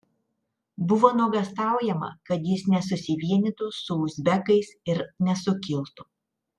buvo nuogąstaujama kad jis nesusivienytų su uzbekais ir nesukiltų